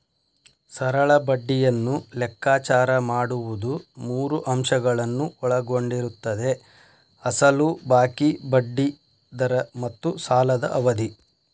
ಸರಳ ಬಡ್ಡಿಯನ್ನು ಲೆಕ್ಕಾಚಾರ ಮಾಡುವುದು ಮೂರು ಅಂಶಗಳನ್ನು ಒಳಗೊಂಡಿರುತ್ತದೆ ಅಸಲು ಬಾಕಿ, ಬಡ್ಡಿ ದರ ಮತ್ತು ಸಾಲದ ಅವಧಿ